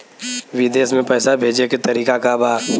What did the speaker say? विदेश में पैसा भेजे के तरीका का बा?